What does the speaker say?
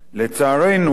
לצערנו,